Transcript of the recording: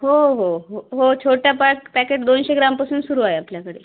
हो हो हो हो छोट्या पॅक पॅकेट दोनशे ग्रामपासून सुरू आहे आपल्याकडे